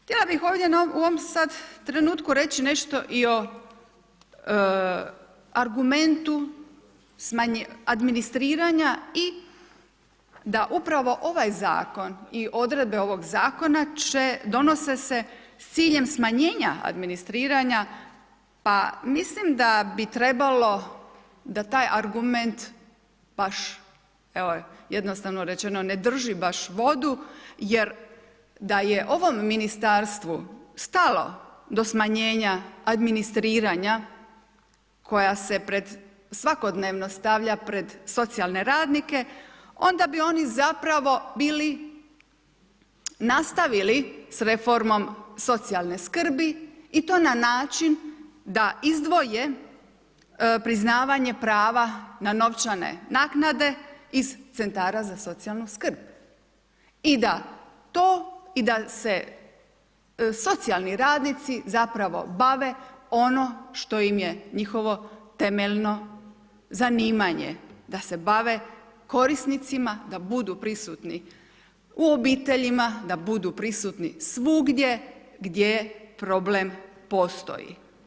Htjela bih ovdje u ovom sada trenutku reći nešto i o argumentu administriranja i da upravo ovaj zakon i odredbe ovog zakona donose se s ciljem smanjenja administriranja pa mislim da bi trebalo da taj argument baš evo jednostavno rečeno, ne drži baš vodu jer da je ovom ministarstvu stalo do smanjenja administriranja koja se svakodnevno stavlja pred socijalne radnike, onda bi oni zapravo bili nastavili s reformom socijalne skrbi i to na način da izdvoje priznavanje prava na novčane naknade iz CZSS-ova, i da se socijalni radnici zapravo bave ono što im je njihovo temeljno zanimanje, da se korisnicima, da budu prisutni u obiteljima, da budu prisutni svugdje gdje problem postoji.